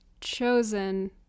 chosen